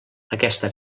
aquesta